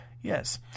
Yes